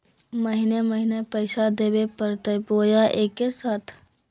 महीने महीने पैसा देवे परते बोया एके साथ?